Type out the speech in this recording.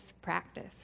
practice